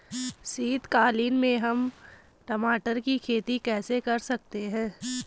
शीतकालीन में हम टमाटर की खेती कैसे कर सकते हैं?